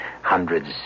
Hundreds